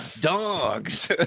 dogs